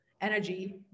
energy